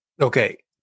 Okay